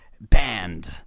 band